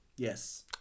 Yes